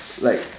like